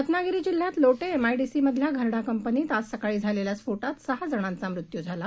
रत्नागिरी जिल्ह्यात लोटे एमआयडीसीमधल्या घरडा कंपनीत आज सकाळी झालेल्या स्फोटात सहा जणांचा मृत्यू झाला